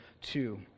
two